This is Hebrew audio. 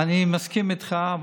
אני מסכים איתך.